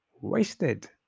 wasted